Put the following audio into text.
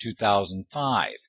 2005